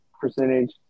percentage